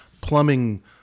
plumbing